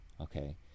okay